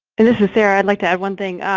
and this is sarah, i'd like to add one thing.